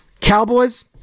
Cowboys